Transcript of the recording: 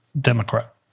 Democrat